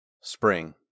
Spring